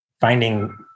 Finding